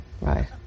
right